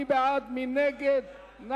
קבוצת